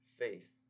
faith